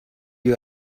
you